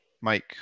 Mike